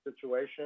Situation